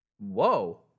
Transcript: Whoa